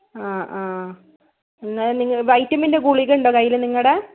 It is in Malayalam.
ആ ആ എന്തായാലും നിങ്ങ വൈറ്റമിന്റെ ഗുളിക ഉണ്ടോ കയ്യിൽ നിങ്ങളുടെ